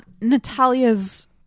Natalia's